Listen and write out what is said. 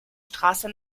straße